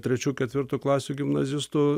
trečių ketvirtų klasių gimnazistų